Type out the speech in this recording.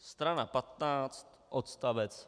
Strana 15 odst.